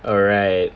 alright